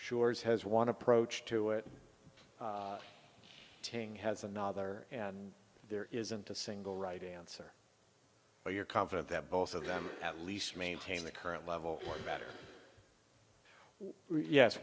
shores has one approach to it tang has another and there isn't a single right answer but you're confident that both of them at least maintain the current level or better yes